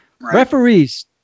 Referees